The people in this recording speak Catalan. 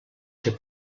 ser